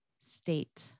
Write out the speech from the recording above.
state